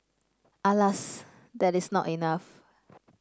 alas that is not enough